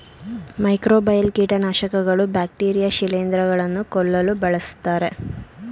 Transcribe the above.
microbial ಕೀಟನಾಶಕಗಳು bacteria ಶಿಲಿಂದ್ರ ಗಳನ್ನು ಕೊಲ್ಲಲು ಬಳ್ಸತ್ತರೆ